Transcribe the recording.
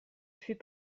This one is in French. fut